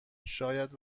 شاید